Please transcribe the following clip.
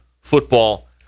football